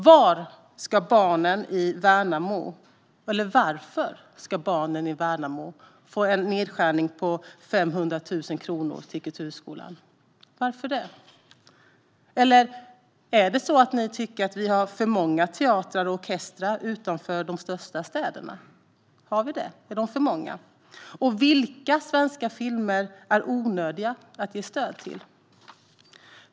Varför ska barnen i Värnamo få en nedskärning av medlen till kulturskolan på 500 000 kronor? Tycker ni att vi har för många teatrar och orkestrar utanför de största städerna? Är de för många? Och vilka svenska filmer är onödiga att ge stöd till?